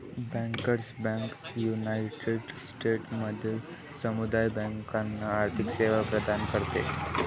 bankers bank united स्टेट्समधील समुदाय बँकांना आर्थिक सेवा प्रदान करते